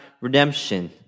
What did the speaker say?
redemption